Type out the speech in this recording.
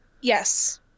Yes